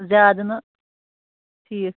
زیادٕ نہٕ ٹھیٖک